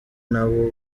n’abo